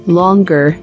longer